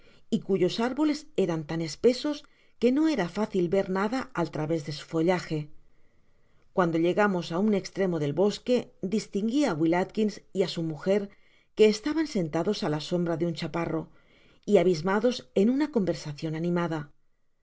y cuyos árboles eran tan espeso queso era fácil ver nada al través de su follaje cuando llegan á un estremo del bosque distingui á wiil atkins y á m mujer que estaban sentados á la sombra de un chaparro y abismados en una conversación animada